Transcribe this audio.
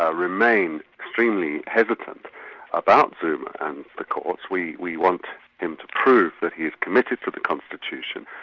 ah remain extremely hesitant about zuma and the courts. we we want him to prove that he's committed to the constitution,